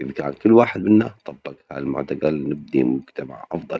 يبجى على كل واحد منا يطبق هالمعتقد نبني مجتمع أفظل.